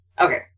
Okay